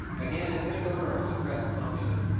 again, it's going to go into our keypressed function.